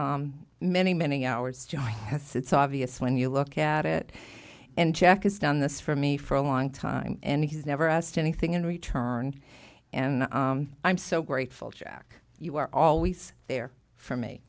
spent many many hours joy has it's obvious when you look at it and jack has done this for me for a long time and he's never asked anything in return and i'm so grateful jack you are always there for me